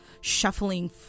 shuffling